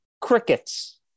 crickets